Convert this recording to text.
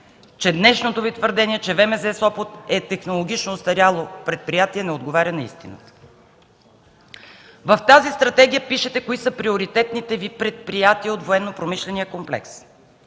че днешното Ви твърдение за ВМЗ – Сопот, като технологично остаряло предприятие, не отговаря на истината. В тази стратегия пишете кои са приоритетните Ви предприятия от военнопромишления комплекс.